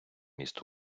міст